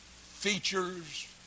features